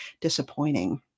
disappointing